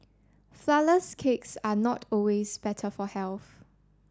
flourless cakes are not always better for health